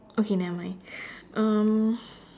okay nevermind um